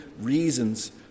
reasons